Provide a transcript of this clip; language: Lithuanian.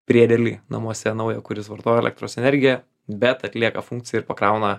priedėlį namuose naują kuris vartoja elektros energiją bet atlieka funkciją ir pakrauna